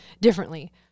differently